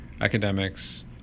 academics